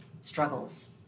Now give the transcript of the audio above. struggles